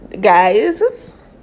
guys